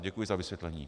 Děkuji za vysvětlení.